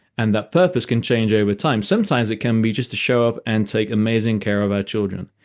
and that purpose can change over time. sometimes it can be just to show up and take amazing care of our children.